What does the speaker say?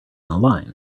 line